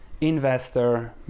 investor